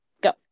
Go